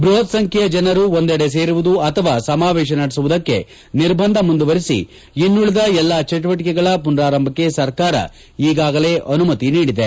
ಬ್ಬಹತ್ ಸಂಖ್ಯೆಯ ಜನರು ಒಂದೆಡೆ ಸೇರುವುದು ಅಥವಾ ಸಮಾವೇಶ ನಡೆಸುವುದಕ್ಕೆ ನಿರ್ಬಂಧ ಮುಂದುವರೆಸಿ ಇನ್ನುಳಿದ ಎಲ್ಲ ಚಟುವಟಿಕೆಗಳ ಪುನಾರಂಭಕ್ಕೆ ಸರ್ಕಾರ ಈಗಾಗಲೇ ಅನುಮತಿ ನೀಡಿದೆ